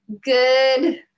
Good